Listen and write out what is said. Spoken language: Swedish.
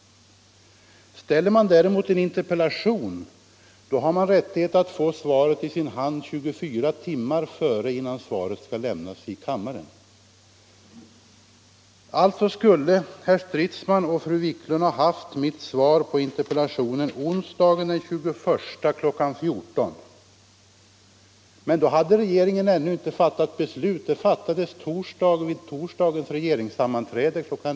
Framställer man däremot en interpellation har man rättighet att få det skriftliga svaret i sin hand 24 timmar innan svaret på interpellationen skall lämnas i kammaren. Alltså skulle herr Stridsman och fru Wiklund ha haft mitt svar på sina interpellationer onsdagen den 21 januari kl. 14.00, men då hade regeringen ännu inte fattat beslutet. Det fattades vid torsdagens regeringssammanträde kl.